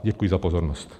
Děkuji za pozornost.